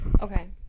Okay